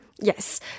Yes